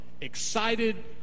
excited